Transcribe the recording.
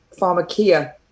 pharmacia